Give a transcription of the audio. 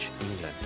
England